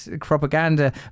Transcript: propaganda